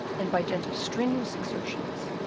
and by dint of strenuous exertions,